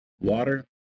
water